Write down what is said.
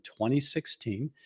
2016